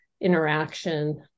interaction